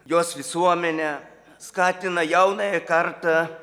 jos visuomene skatina jaunąją kartą